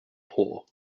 poor